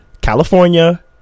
California